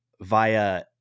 via